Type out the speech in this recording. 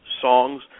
Songs